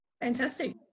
fantastic